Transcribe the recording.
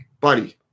buddy